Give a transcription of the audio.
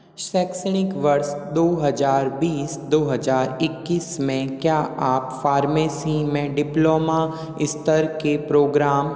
शैक्षणिक वर्ष दो हज़ार बीस दो हज़ार इक्कीस में क्या आप फ़ार्मेसी में डिप्लोमा स्तर के प्रोग्राम